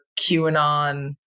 QAnon